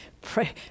Pray